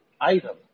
item